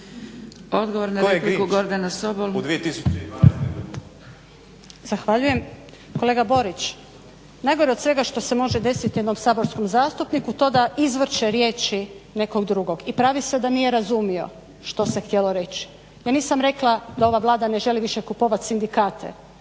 Odgovor na repliku Gordana Sobol.